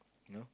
you know